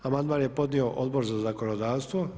Amandman je podnio Odbor za zakonodavstvo.